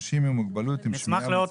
באנשים עם מוגבלות בשמיעה שגרים באזור